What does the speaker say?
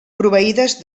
proveïdes